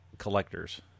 collectors